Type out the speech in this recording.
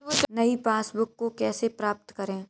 नई पासबुक को कैसे प्राप्त करें?